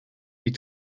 die